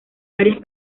varias